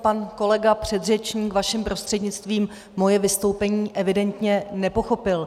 Pan kolega předřečník vaším prostřednictvím moje vystoupení evidentně nepochopil.